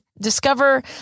discover